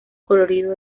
colorido